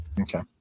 Okay